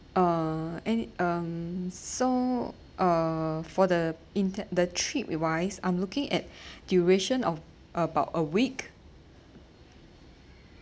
um and um so uh for the inter~ the trip wise I'm looking at duration of about a week